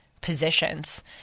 positions